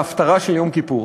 פסוקים בהפטרה של יום כיפור.